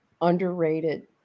underrated